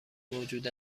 موجود